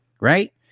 Right